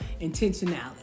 intentionality